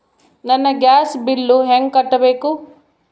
ನನ್ನ gas bill ಹೆಂಗ ಕಟ್ಟಬೇಕು?